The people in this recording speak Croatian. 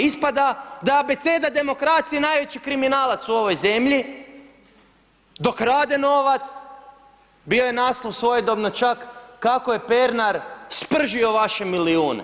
Ispada da je Abeceda demokracije najveći kriminalac u ovoj zemlji, ... novac, bio je naslov svojedobno čak kako je Pernar spržio vaše milijune.